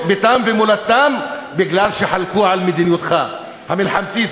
ביתם ומולדתם מפני שחלקו על מדיניותך המלחמתית,